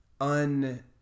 un